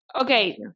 Okay